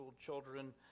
children